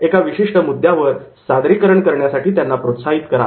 एका विशिष्ट मुद्द्यावर सादरीकरण करण्यासाठी त्यांना प्रोत्साहित करा